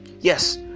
yes